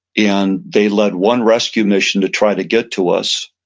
and they led one rescue mission to try to get to us.